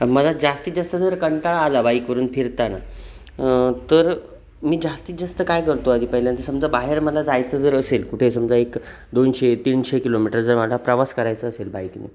मला जास्तीत जास्त जर कंटाळा आला बाईकवरून फिरताना तर मी जास्तीत जास्त काय करतो आधी पहिल्यांदा समजा बाहेर मला जायचं जर असेल कुठे समजा एक दोनशे तीनशे किलोमीटर जर मला प्रवास करायचा असेल बाईकने